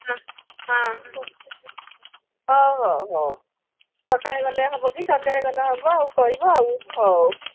ହଁ ହଁ ହ ହଉ ହଉ ସକାଳେ ଗଲେ ହବ କି ସନ୍ଧ୍ୟାରେ ଗଲେ ହବ ଆଉ କହିବ ଆଉ ହଉ